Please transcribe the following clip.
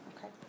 Okay